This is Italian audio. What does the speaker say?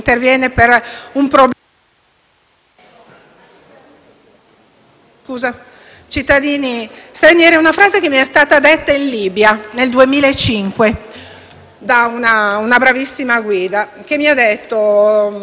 cittadini stranieri, che mi è stata detta in Libia nel 2005 da una bravissima guida, che mi ha detto: «Vedi, c'è un problema, perché tutto ciò